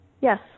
Yes